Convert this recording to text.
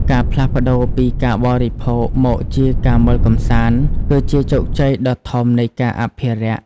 ការផ្លាស់ប្តូរពី "ការបរិភោគ" មកជា "ការមើលកម្សាន្ត" គឺជាជោគជ័យដ៏ធំនៃការអភិរក្ស។